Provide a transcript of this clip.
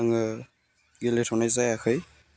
आङो गेलेथनाय जायाखै